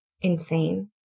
Insane